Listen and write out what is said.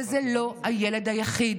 וזה לא הילד היחיד.